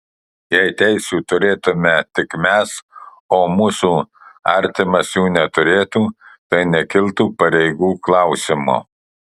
jei teisių turėtumėme tik mes o mūsų artimas jų neturėtų tai nekiltų pareigų klausimo